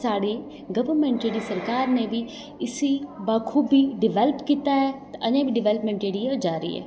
साढ़ी गवर्नमेंट जेह्ड़ी सरकार ने बी इसी बाखुबी डवेलप कीता ऐ अजें बी डवेलपमेंट जेह्ड़ी ऐ ओह् जारी ऐ